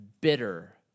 bitter